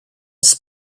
was